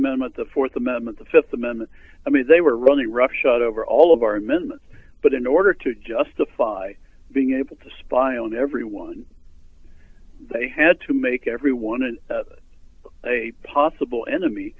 amendment the th amendment the th amendment i mean they were running roughshod over all of our amendments but in order to justify being able to spy on everyone they had to make everyone and a possible enemy